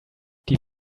die